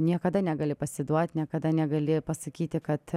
niekada negali pasiduot niekada negali pasakyti kad